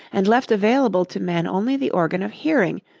and left available to men only the organ of hearing,